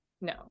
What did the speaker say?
no